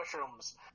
mushrooms